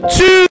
two